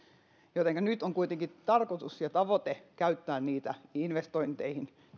jotenka nyt on kuitenkin tarkoitus ja tavoite käyttää tuloja investointeihin